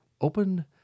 open